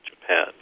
Japan